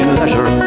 leisure